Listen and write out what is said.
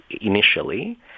initially